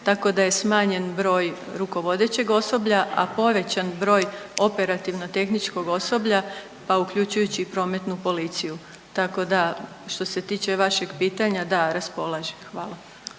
tako da je smanjen broj rukovodećeg osoblja, a povećan broj operativno-tehničkog osoblja, pa uključujući i prometnu policiju. Tako da što se tiče vašeg pitanja, da raspolaže. Hvala.